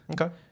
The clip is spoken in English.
Okay